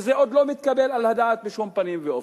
וזה עוד לא מתקבל על הדעת בשום פנים ואופן.